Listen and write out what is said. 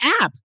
app